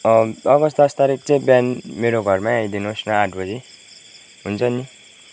August दस तारिक चाहिँ बिहान मेरो घरमै आइदिनुहोस् न आठ बजी हुन्छ नि